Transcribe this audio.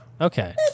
okay